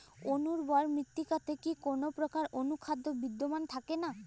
অনুর্বর মৃত্তিকাতে কি কোনো প্রকার অনুখাদ্য বিদ্যমান থাকে না?